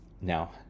Now